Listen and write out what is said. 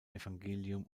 evangelium